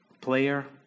player